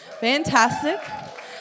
Fantastic